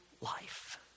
life